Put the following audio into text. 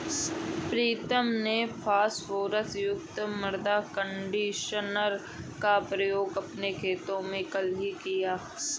प्रीतम ने फास्फोरस युक्त मृदा कंडीशनर का प्रयोग अपने खेत में कल ही किया